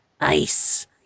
ice